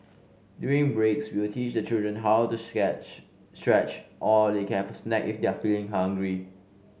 during breaks we will teach the children how to stretch or they can have a snack if they're feeling hungry